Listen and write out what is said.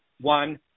one